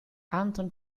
anton